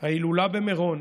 ההילולה במירון,